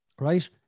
Right